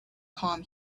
palm